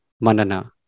manana